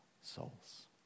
souls